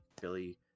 billy